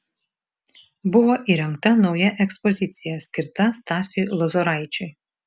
buvo įrengta nauja ekspozicija skirta stasiui lozoraičiui